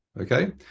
Okay